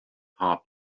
heart